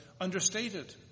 understated